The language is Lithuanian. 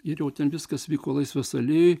ir jau ten viskas vyko laisvės alėjoj